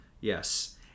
Yes